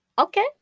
Okay